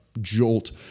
jolt